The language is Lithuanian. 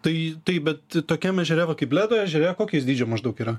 tai taip bet tokiam ežere va kaip bledo ežere kokio jis dydžio maždaug yra